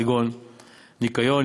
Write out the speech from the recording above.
כגון ניקיון,